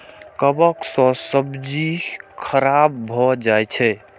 कवक सं सब्जी खराब भए जाइ छै